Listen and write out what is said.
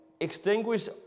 extinguish